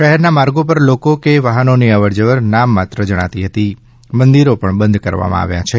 શહેરના માર્ગો પર લોકો કે વાહનોની અવરજવર નામ માત્ર જણાતી હતી મંદિરો બંધ કરવામાં આવ્યા છે